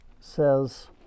says